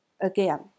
Again